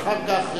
אחר כך,